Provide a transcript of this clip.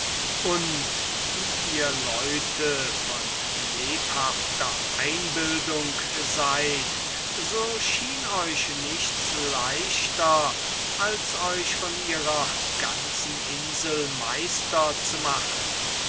und wie ihr leute von lebhafter einbildung seid so schien euch nichts leichters als euch von der ganzen insel meister zu machen